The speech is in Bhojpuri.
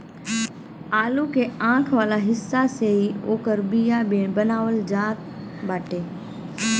आलू के आंख वाला हिस्सा से ही ओकर बिया बनावल जात बाटे